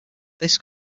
this